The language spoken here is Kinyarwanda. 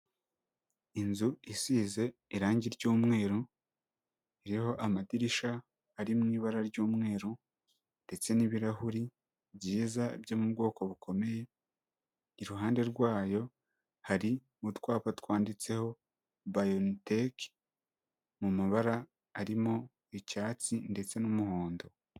Inzu isize irangi ry'umweru, iriho amadirishya ari mu ibara ry'umweru ndetse n'ibirahuri byiza byo mu bwoko bukomeye, iruhande rwayo hari utwapa twanditseho bayoniteke mu mabara arimo icyatsi ndetse n'umuhondo.